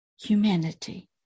humanity